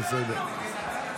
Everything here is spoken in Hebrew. זה בסדר?